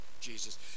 Jesus